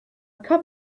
cup